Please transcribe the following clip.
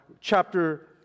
chapter